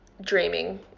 dreaming